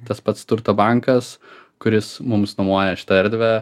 tas pats turto bankas kuris mums nuomoja šitą erdvę